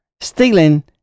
stealing